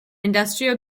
industrial